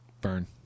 Burn